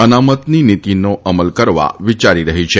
અનામત નીતીનો અમલ કરવા વિયારી રહી છે